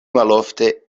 malofte